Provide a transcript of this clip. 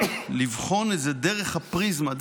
לבחון את זה דרך הפריזמה,